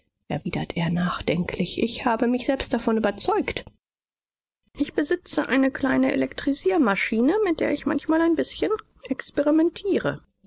erwiderte er nachdenklich ich habe mich selbst davon überzeugt ich besitze eine kleine elektrisiermaschine mit der ich manchmal ein bißchen experimentiere